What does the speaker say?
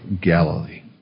Galilee